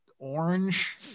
Orange